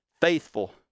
faithful